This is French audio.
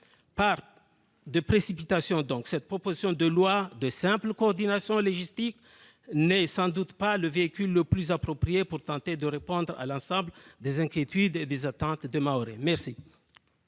Pas de précipitation donc, même si cette proposition de loi de simple coordination légistique n'est sans doute pas le véhicule le plus approprié pour tenter de répondre à l'ensemble des inquiétudes et des attentes des Mahorais.